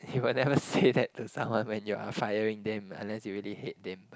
eh but then you never say that to someone when you are firing them unless you really hate them